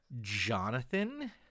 Jonathan